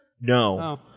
No